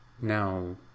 now